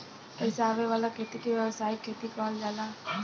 पईसा आवे वाला खेती के व्यावसायिक खेती कहल जाला